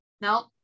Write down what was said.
no